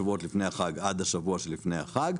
שבועות לפני החג עד השבוע שלפני השבוע.